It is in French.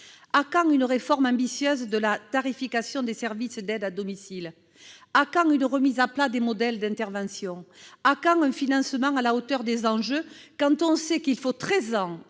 À quand une réforme ambitieuse de la tarification des services d'aide à domicile ? À quand une remise à plat des modèles d'intervention ? À quand un financement à la hauteur des enjeux, alors qu'il faut treize